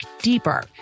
deeper